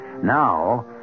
now